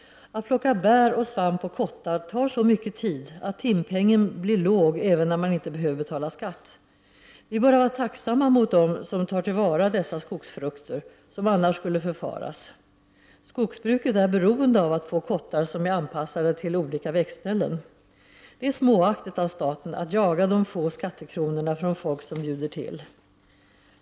Att plocka bär, svamp och kottar tar så mycket tid att timpengen blir låg även när man inte behöver betala skatt. Vi bör vara tacksamma mot dem som tar till vara dessa skogsfrukter, som annars skulle förfaras. Skogsbruket är beroende av att få kottar som är anpassade till olika växtställen. Det är småaktigt av staten att jaga de få skattekronorna från folk som bjuder till!